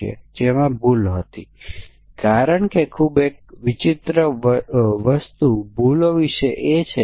આપણે તેને મજબુતતા પરીક્ષણ તરીકે કહીશું